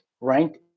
ranked